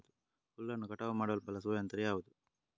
ಹುಲ್ಲನ್ನು ಕಟಾವು ಮಾಡಲು ಬಳಸುವ ಯಂತ್ರ ಯಾವುದು?